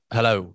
Hello